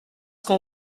qu’on